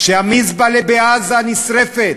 כשהמזבלה בעזה נשרפת,